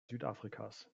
südafrikas